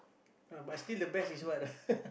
ah but still the best is what ah